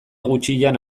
gutxian